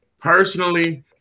personally